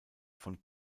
von